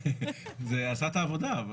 זה עשה את העבודה.